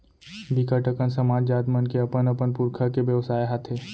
बिकट अकन समाज, जात मन के अपन अपन पुरखा के बेवसाय हाथे